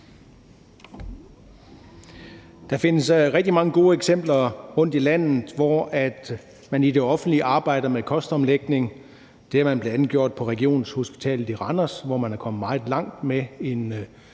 Der findes rigtig mange gode eksempler rundtom i landet på, at man i det offentlige arbejder med kostomlægning. Det har man bl.a. gjort på Regionshospitalet Randers, hvor man er kommet meget langt med en